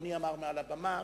שאדוני אמר מעל הבמה.